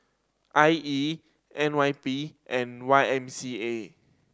I E N Y P and Y M C A